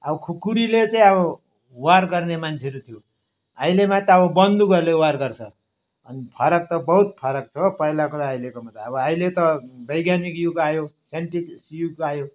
अब खुकुरीले चाहिँ अब वार गर्ने मान्छेहरू थियो अहिलेमा त अब बन्दुकहरूले वार गर्छ अनि फरक त बहुत फरक छ हो पहिलाको र अहिलेकोमा त अब अहिले त वैज्ञानिक युग आयो साइन्टिस्ट युग आयो